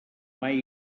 mai